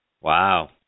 Wow